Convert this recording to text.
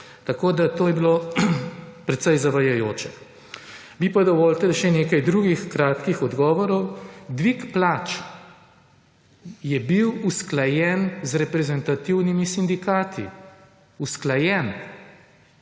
Tako da to je bilo precej zavajajoče. Mi pa dovolite še nekaj drugih kratkih odgovorov, dvig plač je bil usklajen z reprezentativnimi sindikati. Usklajen.